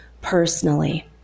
personally